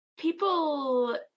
people